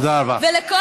תודה רבה.